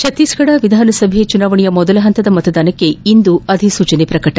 ಛತ್ತೀಸ್ಗಢ ವಿಧಾನಸಭಾ ಚುನಾವಣೆಯ ಮೊದಲ ಹಂತದ ಮತದಾನಕ್ಕೆ ಇಂದು ಅಧಿಸೂಚನೆ ಪ್ರಕಟ